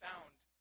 found